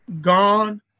gone